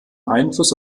einfluss